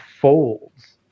folds